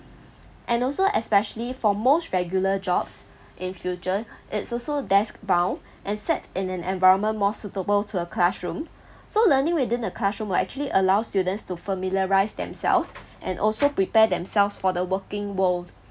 and also especially for most regular jobs in future it's also desk bound and set in an environment more suitable to a classroom so learning within the classroom will actually allow students to familiarise themselves and also prepare themselves for the working world